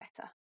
better